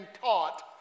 taught